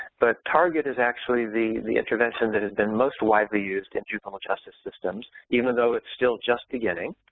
the target is actually the the intervention that has been most widely used in juvenile justice systems even though it's still just beginning